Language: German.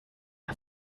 die